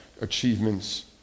achievements